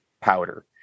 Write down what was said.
powder